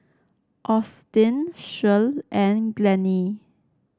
Austin Shirl and Glennie